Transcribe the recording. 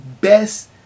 best